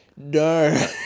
No